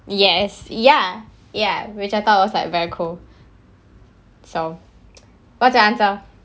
yes ya ya which I thought was like very cool so what's your answer